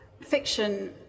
fiction